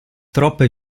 troppe